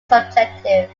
subjective